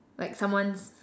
like someone